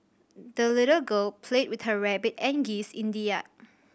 the little girl played with her rabbit and geese in the yard